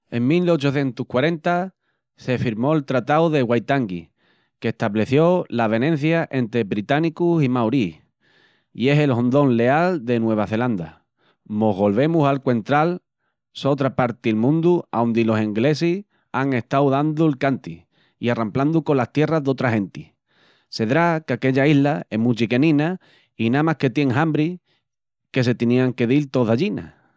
En 1840, se firmó'l Tratau de Waitangi, qu'estableció l'avenencia entri británicus i maoríis, i es el hondón leal de Nueva Zelanda. Mos golvemus a alcuentral sotra parti'l mundu aondi los englesis an estau dandu'l canti i arramplandu colas tierras d'otra genti. Sedrá qu'aquella isla es mu chiquenina i namas que tien hambri que se tinían que dil tos d'allina.